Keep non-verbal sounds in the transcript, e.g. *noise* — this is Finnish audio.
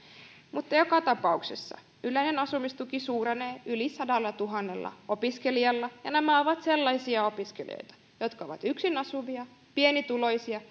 mutta joka tapauksessa yleinen asumistuki suurenee yli sadallatuhannella opiskelijalla ja nämä ovat sellaisia opiskelijoita jotka ovat yksin asuvia pienituloisia *unintelligible*